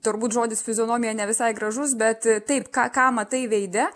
turbūt žodis fizionomija ne visai gražus bet taip ką ką matai veide